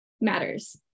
matters